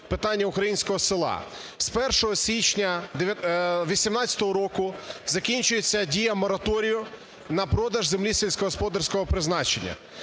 питання українського села. З 1січня 2018 року закінчується дія мораторію на продаж землі сільськогосподарського призначення.